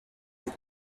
with